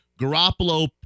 Garoppolo